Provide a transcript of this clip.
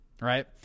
right